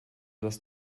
das